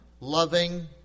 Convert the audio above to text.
loving